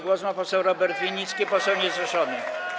Głos ma poseł Robert Winnicki, poseł niezrzeszony.